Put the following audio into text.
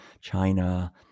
China